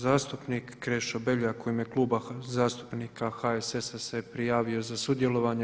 Zastupnik Krešo Beljak u ime Kluba zastupnika HSS-a se prijavio za sudjelovanje.